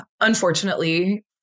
Unfortunately